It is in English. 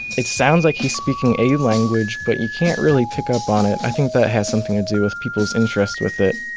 it sounds like he's speaking a language but you can't really pick up on it. i think that has something to do with people's interest with it.